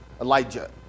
Elijah